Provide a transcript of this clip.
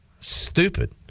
stupid